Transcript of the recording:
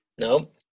Nope